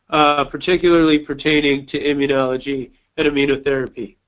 ah particularly pertaining to immunology and amino therapy.